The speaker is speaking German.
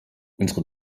unsere